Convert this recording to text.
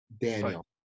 Daniel